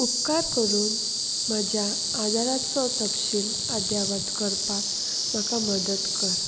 उपकार करून म्हज्या आदाराचो तपशील आध्यावत करपाक म्हाका मदत कर